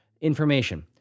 information